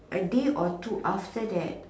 a day or two after that